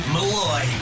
Malloy